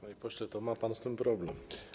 Panie pośle, to ma pan z tym problem.